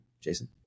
Jason